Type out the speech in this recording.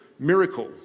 Miracle